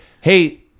hey